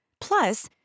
Plus